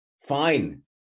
fine